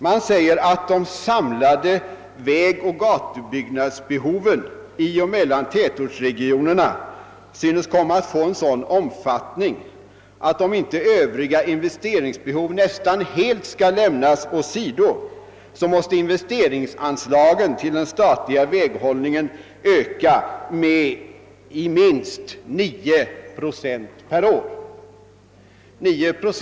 Man säger att de samlade vägoch gatubyggnadsbehoven i och mellan tätortsregionerna synes komma att få en sådan omfattning att — om inte övriga investeringsbehov nästan helt skall lämnas åsido — investeringsanslagen till den statliga väghållningen måste öka med minst 9 procent per år.